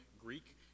Greek